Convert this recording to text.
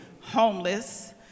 homeless